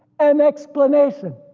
and explanation,